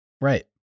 Right